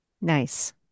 Nice